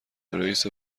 رئیس